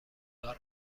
دلار